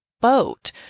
boat